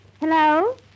Hello